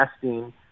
testing